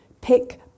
Pick